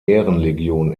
ehrenlegion